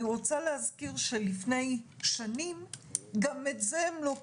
אני רוצה להזכיר שלפני שנים גם את זה הם לא קיבלו,